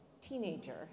teenager